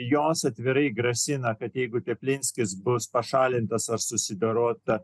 jos atvirai grasina kad jeiguteplinskis bus pašalintas ar susidorota